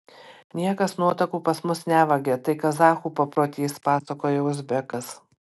niekas nuotakų pas mus nevagia tai kazachų paprotys pasakoja uzbekas